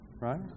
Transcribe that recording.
right